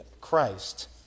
Christ